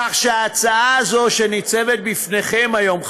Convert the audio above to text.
כך שההצעה הזו שניצבת בפניכם היום,